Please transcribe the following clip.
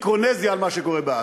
מיקרונזיה על מה שקורה בעזה,